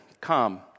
come